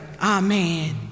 Amen